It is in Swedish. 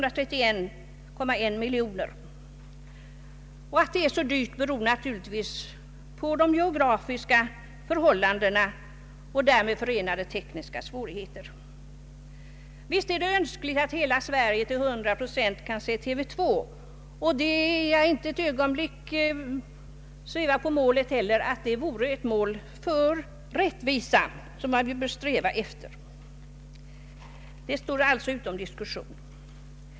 Att det är så dyrt beror naturligtvis på de geografiska förhållandena och de därmed förenade tekniska svårigheterna. Visst är det önskvärt att hela svenska folket kan se TV 2. Det är en rättvisa som man bör sträva efter.